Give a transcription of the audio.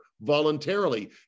voluntarily